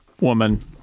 woman